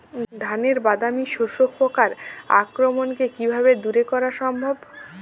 ধানের বাদামি শোষক পোকার আক্রমণকে কিভাবে দূরে করা সম্ভব?